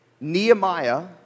Nehemiah